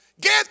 Get